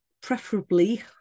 preferably